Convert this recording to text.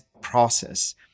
process